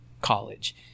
college